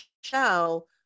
show